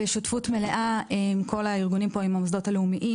בשותפות מלאה עם כל הארגונים והמוסדות הלאומיים